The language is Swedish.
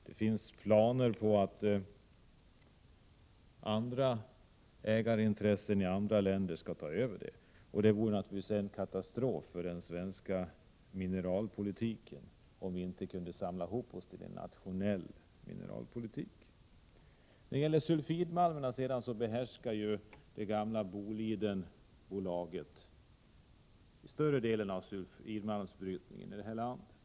Det finns planer på att ägarintressen i andra länder skall ta över. Det vore naturligtvis en katastrof för den svenska mineralpolitiken om vi inte kunde samla oss till en nationell mineralpolitik. När det gäller sulfidmalmerna behärskade det gamla Bolidenbolaget större delen av brytningen i detta land.